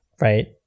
right